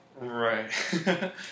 right